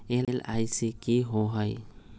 LIC की होअ हई?